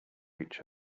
each